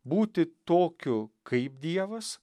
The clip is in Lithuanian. būti tokiu kaip dievas